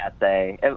essay